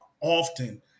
Often